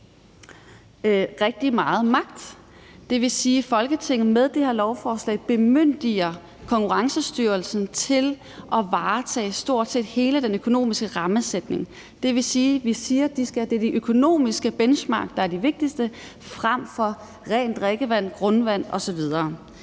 rigtig meget magt. Det vil sige, at Folketinget med det her lovforslag bemyndiger Konkurrence- og Forbrugerstyrelsen til at varetage stort set hele den økonomiske rammesætning. Det vil sige, at vi siger, at det er det økonomiske benchmark, der er det vigtigste, frem for rent drikkevand og grundvand osv.